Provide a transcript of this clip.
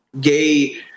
gay